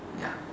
ya